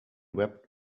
wept